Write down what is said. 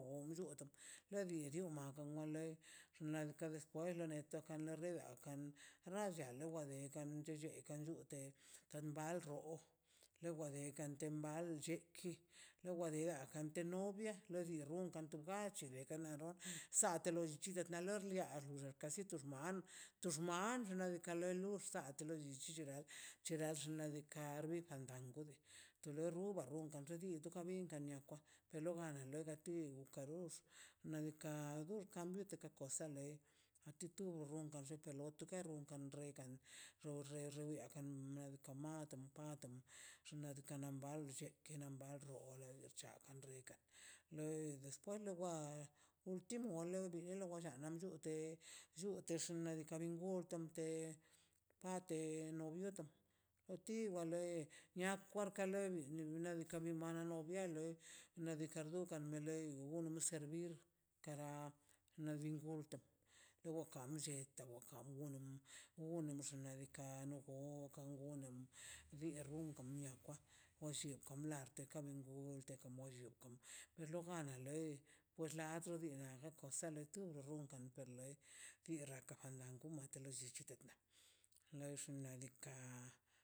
On llut le di rioma wo male xnaꞌ diika despues neta kan rela kan radi wale kadi chechekan nllete kan bal rroo lowa dekan bal lleki lo wa de kan te novia le da rrun kan tu gach deka na rro te lo llchi di ka loi lia rrukan kasi to xman to xman nadika lo lursate llichite lal che da xnaꞌ diikaꞌ ri fandango de to lo rruba rrun gan rren di ka no bin kan nia per lo bano niati kadox nadika bukan biati josan le a ti ton rron kan lleka loi to kan rrekan re ro re biakan nadika mat ma patma xnaꞌ dikkaꞌ na mbal chequeto na mbal rro xc̱hakan reka wen despues la uxchi mole en lo wachal rrute dute xnaꞌdiika' wante bate nolbiotən anti wa lei nia kwarta lei bin nadika bin mala no bian lei nadika rdukan ne lei onume servir kara ni di gun dowo kan nlleta wokan wnemexnaꞌ diika' na go kano gono du u rrunka ni mia kwa por lli kunla teka gon gull teka mon llo per lo jana lei por xlaito dii na aga kosa li tugun rronkan lei tirra ka la guman lo tillichit lox xnaꞌ diikaꞌ